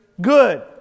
good